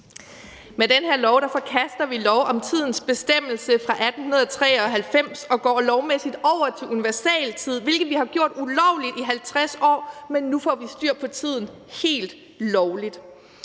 Med den her lov forkaster vi loven om tidens bestemmelse fra 1893 og går lovmæssigt over til universaltid – hvilket vi har haft ulovligt i 50 år, men nu får vi styr på tiden helt lovligt.